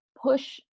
push